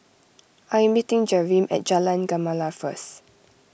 I am meeting Jereme at Jalan Gemala first